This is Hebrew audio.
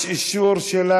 יש אישור?